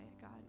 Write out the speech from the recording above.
God